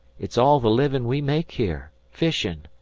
it's all the livin' we make here fishin'.